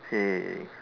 okay